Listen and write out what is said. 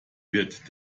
wird